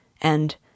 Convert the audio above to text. and